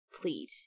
plead